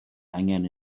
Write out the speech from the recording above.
angen